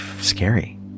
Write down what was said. scary